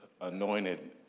anointed